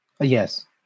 Yes